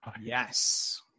yes